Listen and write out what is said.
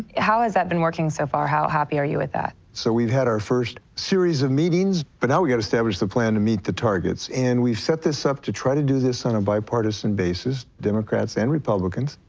how has that been working so far? how happy are you with that? so, we've had our first series of meetings, but now we got to establish the plan to meet the targets, and we've set this up to try to do this on a bipartisan basis, democrats and republicans.